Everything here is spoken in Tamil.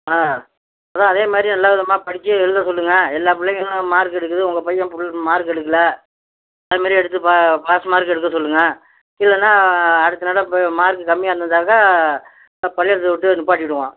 ஆ அதான் அதேமாதிரி நல்ல விதமாக படித்து எழுத சொல்லுங்கள் எல்லா பிள்ளைங்களும் மார்க் எடுக்குது உங்க பையன் ஃபுல் மார்க் எடுக்குதுல அதுமாதிரி எடுத்து பாஸ் மார்க் எடுக்க சொல்லுங்கள் இல்லைனா அடுத்த நடை இப்போ மார்க் கம்மியாக இருந்தாக்க பள்ளிகூடத்த விட்டே நிப்பாட்டிடுவோம்